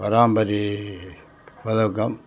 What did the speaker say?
பராம்பரி